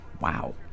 Wow